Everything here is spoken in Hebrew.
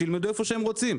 שילמדו איפה שהם רוצים.